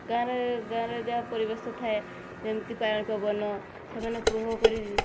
ଗାଁରେ ଗାଁରେ ଯାହା ପରିବେଶ ଥାଏ ଯେମିତି ପାଣି ପବନ ସେମାନେ ଉପଭୋଗ କରି